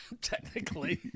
Technically